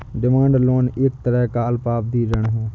demand loan एक तरह का अल्पावधि ऋण है